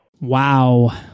Wow